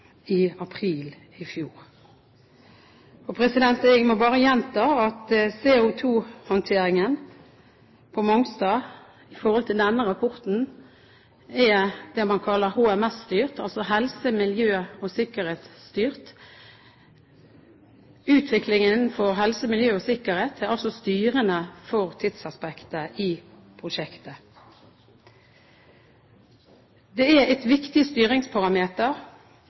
i april i fjor. Men jeg må bare gjenta at CO2-håndteringen på Mongstad, når det gjelder denne rapporten, er det man kaller HMS-styrt – helse-, miljø- og sikkerhetsstyrt. Utviklingen innenfor helse, miljø og sikkerhet er altså styrende for tidsaspektet i prosjektet. Det er et viktig styringsparameter